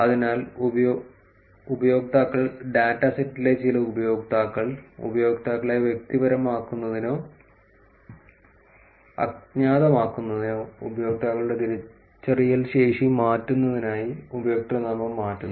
അതിനാൽ ഉപയോക്താക്കൾ ഡാറ്റ സെറ്റിലെ ചില ഉപയോക്താക്കൾ ഉപയോക്താക്കളെ വ്യക്തിപരമാക്കുന്നതിനോ അജ്ഞാതമാക്കുന്നതിനോ ഉപയോക്താക്കളുടെ തിരിച്ചറിയൽ ശേഷി മാറ്റുന്നതിനായി ഉപയോക്തൃനാമം മാറ്റുന്നു